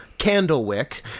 Candlewick